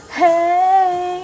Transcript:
hey